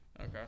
Okay